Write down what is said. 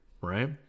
right